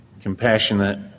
compassionate